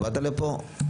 באת לפה?